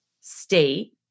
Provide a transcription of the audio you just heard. state